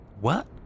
What